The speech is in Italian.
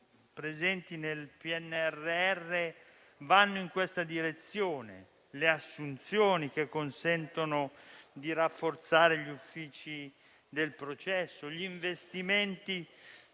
presenti nel PNRR vanno in questa direzione. Le assunzioni, che consentono di rafforzare gli uffici del processo, gli investimenti